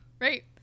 right